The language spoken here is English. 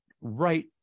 right